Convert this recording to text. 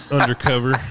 Undercover